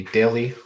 Daily